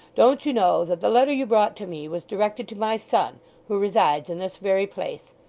don't you know that the letter you brought to me, was directed to my son who resides in this very place?